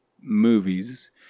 movies